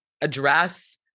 address